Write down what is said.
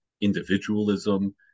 individualism